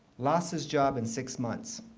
lost his job in six months.